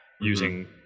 using